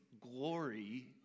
Glory